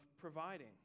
providing